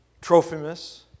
Trophimus